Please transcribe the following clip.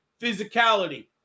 physicality